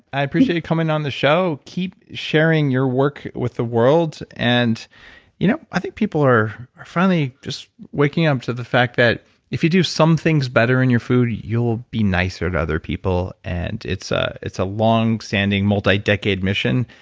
i appreciate you coming on the show. keep sharing your work with the world, and you know i think people are are finally just waking up to the fact that if you do some things better in your food, you'll be nicer to other people and it's ah it's a long standing multi decade mission,